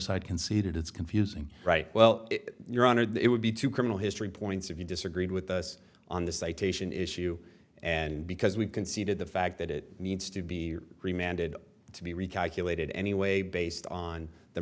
side conceded it's confusing right well your honor it would be to criminal history points if you disagreed with us on the citation issue and because we conceded the fact that it needs to be remanded to be recalculated anyway based on the